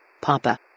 Papa